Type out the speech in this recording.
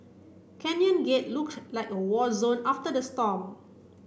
Canyon Gate looked like a war zone after the storm